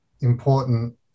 important